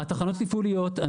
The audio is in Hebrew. תחנות תפעוליות,